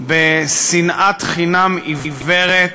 בשנאת חינם עיוורת,